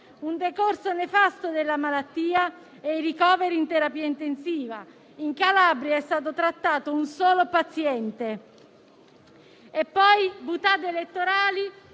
un decorso nefasto della malattia e i ricoveri in terapia intensiva); in Calabria è stato trattato un solo paziente. Abbiamo poi visto *boutade* elettorali,